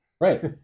Right